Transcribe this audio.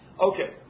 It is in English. Okay